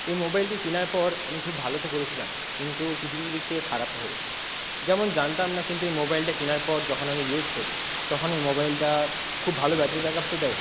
এই মোবাইলটি কেনার পর আমি খুব ভালো তো করেছিলাম কিন্তু কিছু কিছু দিক থেকে খারাপও হয়েছে যেমন জানতাম না কিন্তু এই মোবাইলটা কেনার পর যখন আমি ইউজ করি তখন এই মোবাইলটা খুব ভালো ব্যাটারি ব্যাক আপ তো দেয়